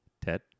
Ted